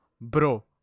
bro